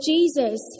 Jesus